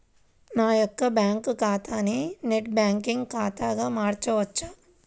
నా యొక్క బ్యాంకు ఖాతాని నెట్ బ్యాంకింగ్ ఖాతాగా మార్చవచ్చా?